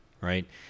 right